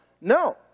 No